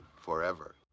forever